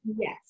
Yes